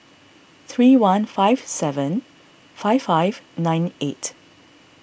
three one five seven five five nine eight